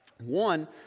One